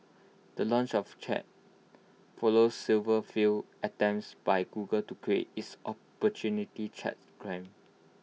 the launch of chat follows several failed attempts by Google to create its opportunity chats gram